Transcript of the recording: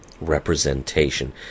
representation